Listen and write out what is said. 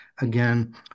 Again